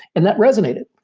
and that resonated.